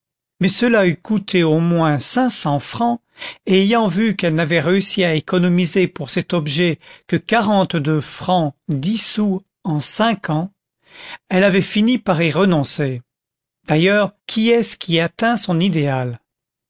mais cela eût coûté au moins cinq cents francs et ayant vu qu'elle n'avait réussi à économiser pour cet objet que quarante-deux francs dix sous en cinq ans elle avait fini par y renoncer d'ailleurs qui est-ce qui atteint son idéal